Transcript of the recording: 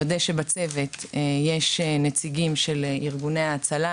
לוודא שבצוות יש נציגים של ארגוני ההצלה,